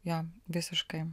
jo visiškai